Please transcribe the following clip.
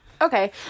Okay